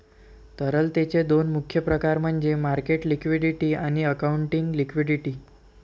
तरलतेचे दोन मुख्य प्रकार म्हणजे मार्केट लिक्विडिटी आणि अकाउंटिंग लिक्विडिटी